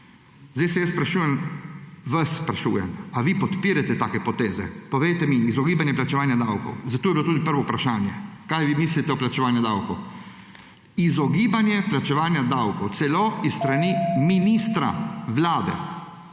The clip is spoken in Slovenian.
Sedaj vas jaz sprašujem: Ali vi podpirate take poteze? Povejte mi, izogibanje plačevanja davkov. Zato je bilo tudi prvo vprašanje, kaj vi mislite o plačevanju davkov. Izogibanje plačevanju davkov celo s strani ministra vlade.